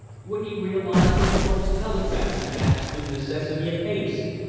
would he realize from thorpe's telegram the absolute necessity of haste?